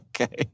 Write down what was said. Okay